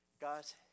Guys